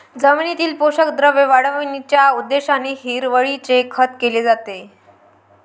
जमिनीतील पोषक द्रव्ये वाढविण्याच्या उद्देशाने हिरवळीचे खत केले जाते